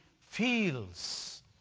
feels